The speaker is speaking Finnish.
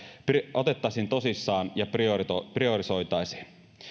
otettaisiin tosissaan ja priorisoitaisiin priorisoitaisiin